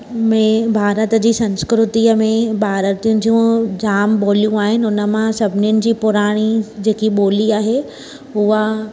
में भारत जे संस्कृतीअ में भारत जूं जामु ॿोलियूं आहिनि हुन मां सभिनिनि जी पुराणी जेकी ॿोली आहे उहा